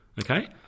okay